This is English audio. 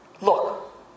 Look